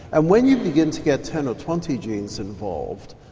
and when you begin to get ten or twenty genes involved,